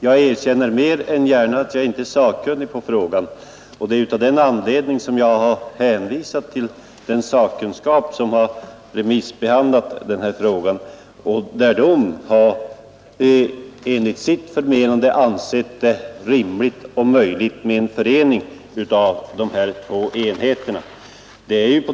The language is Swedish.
Jag erkänner mer än gärna att jag inte är sakkunnig i denna fråga, och det är av den anledningen som jag har hänvisat till den sakkunskap som har remissbehandlat ärendet. Den sakkunskapen har ansett det rimligt och möjligt med en förening av dessa två enheter.